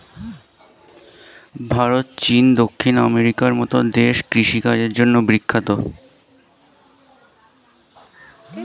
ভারত, চীন, দক্ষিণ আমেরিকার মতো দেশ কৃষি কাজের জন্যে বিখ্যাত